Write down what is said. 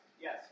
Yes